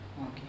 Okay